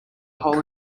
hole